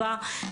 זה מדאיג.